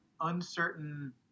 uncertain